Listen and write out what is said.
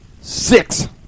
six